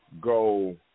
go